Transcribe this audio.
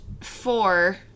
four